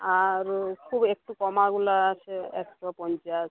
আর খুব একটু একটু কমগুলা আছে একশো পঞ্চাশ